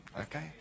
Okay